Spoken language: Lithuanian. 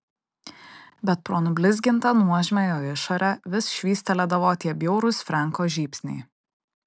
bet pro nublizgintą nuožmią jo išorę vis švystelėdavo tie bjaurūs frenko žybsniai